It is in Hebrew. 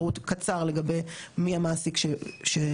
שהפקיד.